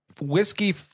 Whiskey